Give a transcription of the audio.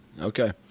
Okay